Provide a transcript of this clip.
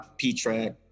Petra